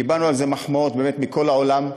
קיבלנו על זה מחמאות, באמת, מכל העולם.